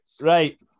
Right